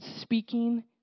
speaking